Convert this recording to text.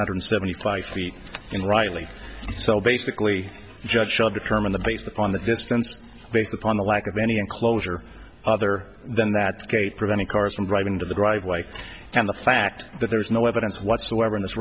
hundred seventy five feet and rightly so basically the judge should determine the based on the distance based upon the lack of any enclosure other than that gate preventing cars from driving into the driveway and the fact that there is no evidence whatsoever in this